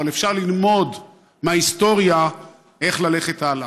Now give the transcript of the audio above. אבל אפשר ללמוד מההיסטוריה איך ללכת הלאה.